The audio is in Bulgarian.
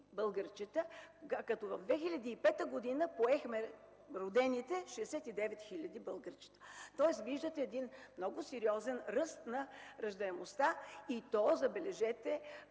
като през 2005 г. поехме родените 69 хиляди българчета. Тоест виждате един много сериозен ръст на раждаемостта и то, забележете,